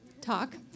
talk